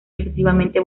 excesivamente